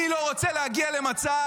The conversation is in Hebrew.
אני לא רוצה להגיע למצב,